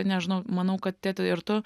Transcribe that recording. nežinau manau kad tėti ir tu